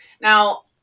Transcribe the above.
Now